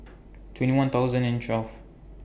twenty one thousand and twelve